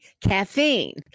caffeine